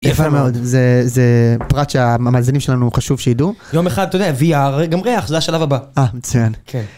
יפה מאוד, זה פרט שהמאזינים שלנו חשוב שיידעו. יום אחד אתה יודע, VR יהיה גם ריח, זה השלב הבא. אה, מצוין.